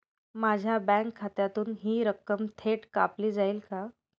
माझ्या बँक खात्यातून हि रक्कम थेट कापली जाईल का?